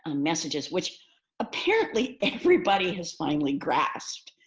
ah messages, which apparently everybody has finally grasped.